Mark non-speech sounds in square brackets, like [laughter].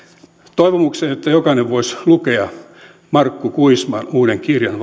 toivomuksen että jokainen voisi lukea markku kuisman uuden kirjan [unintelligible]